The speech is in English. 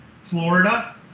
Florida